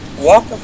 Walk